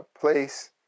place